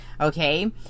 Okay